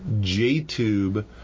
J-tube